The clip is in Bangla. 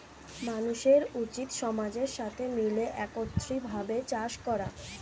মানুষের উচিত সমাজের সাথে মিলে একত্রিত ভাবে চাষ করা